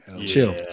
Chill